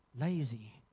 lazy